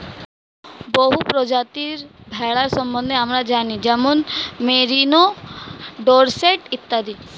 বহু প্রজাতির ভেড়া সম্বন্ধে আমরা জানি যেমন মেরিনো, ডোরসেট ইত্যাদি